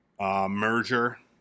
merger